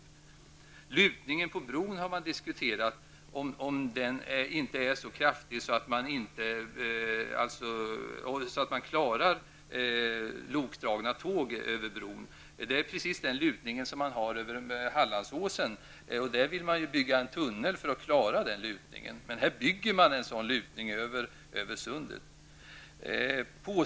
Även lutningen på bron har diskuterats. Det gäller om den kommer att bli så kraftig att lokdragna tåg inte kan köras över bron. Det är fråga om samma lutning som över Hallandsåsen. Där vill man bygga en tunnel för att klara lutningen. Här bygger man en sådan lutning över sundet!